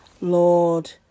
Lord